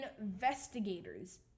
investigators